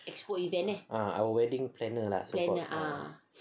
ah our wedding planner ah